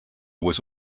was